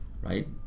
right